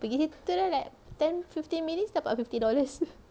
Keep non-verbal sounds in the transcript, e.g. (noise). pergi situ like ten fifteen minutes dapat fifty dollars (laughs)